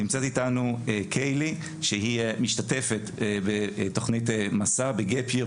נמצאת איתנו קיילי שהיא משתתפת בתוכנית מסע ב'גאפ היר',